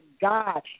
God